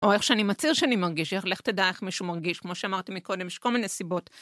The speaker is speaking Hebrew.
או איך שאני מצהיר שאני מרגיש, איך, לך תדע איך מישהו מרגיש? כמו שאמרתי מקודם, יש כל מיני סיבות.